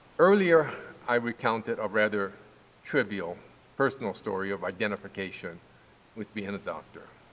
earlier i recounted a rather trivial personal story of identification with being a doctor,